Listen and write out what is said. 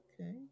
okay